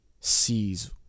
sees